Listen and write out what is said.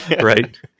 right